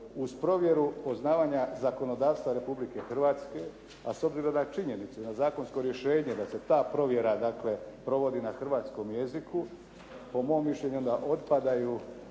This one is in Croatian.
uz provjeru poznavanja zakonodavstva Republike Hrvatske, a s obzirom na činjenicu na zakonsko rješenje da se ta provjera dakle provodi na hrvatskom jeziku po mom mišljenju onda otpada